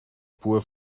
pure